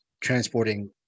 transporting